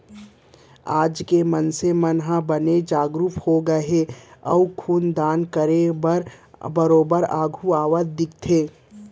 आज के मनसे मन बने जागरूक होगे हे अउ खून दान करे बर बरोबर आघू आवत दिखथे